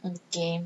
okay